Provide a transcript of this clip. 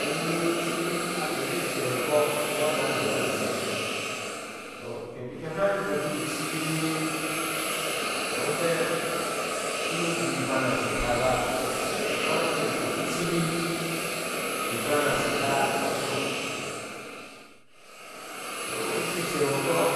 Eye icibi anere icer obɔɔk imbɔɔ na doke chibi loh ke bakehai doki yir ichibi eye ngo ujehn ke shonu a goh eban ashila baa ama ke bike doki ichibi iban shera isho nŋoo ujii icer obɔɔk